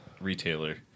retailer